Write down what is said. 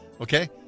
Okay